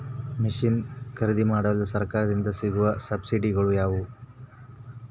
Mission ಖರೇದಿಮಾಡಲು ಸರಕಾರದಿಂದ ಸಿಗುವ ಸಬ್ಸಿಡಿಗಳು ಯಾವುವು?